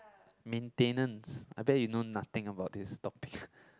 maintenance I bet you know nothing about this topic